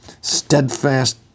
steadfast